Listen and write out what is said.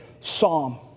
psalm